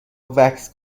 وکس